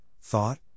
thought